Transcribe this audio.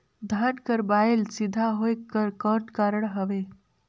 धान कर बायल सीधा होयक कर कौन कारण हवे?